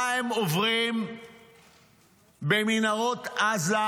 מה הם עוברים במנהרות עזה,